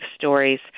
stories